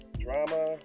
drama